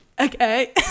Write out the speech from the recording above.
okay